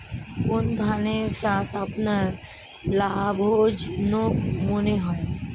কোন ধানের চাষ আপনার লাভজনক মনে হয়?